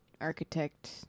architect